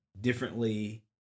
differently